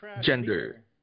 gender